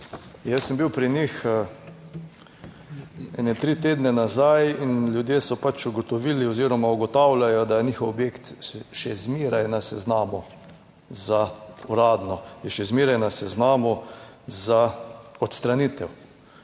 Jaz sem bil pri njih ene tri tedne nazaj in ljudje so pač ugotovili oziroma ugotavljajo, da je njihov objekt še zmeraj na seznamu za uradno, je še zmeraj na seznamu za odstranitev.